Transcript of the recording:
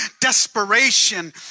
desperation